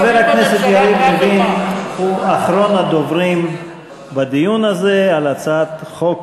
חבר הכנסת יריב לוין הוא אחרון הדוברים בדיון הזה על הצעת חוק